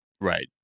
Right